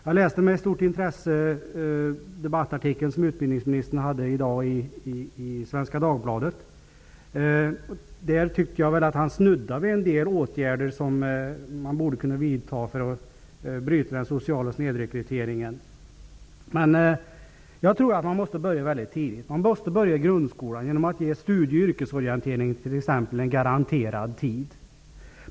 Jag läste med stort intresse den debattartikel som utbildningsministern har skrivit i dag i Svenska Dagbladet. Där tyckte jag att han snuddade vid en del åtgärder som borde kunna vidtas för att bryta den sociala snedrekryteringen. Jag tror att vi måste börja mycket tidigt. Vi måste börja i grundskolan, t.ex. genom att ge studie och yrkesorientering en garanterad tid.